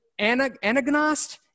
Anagnost